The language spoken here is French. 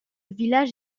village